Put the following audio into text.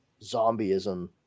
zombieism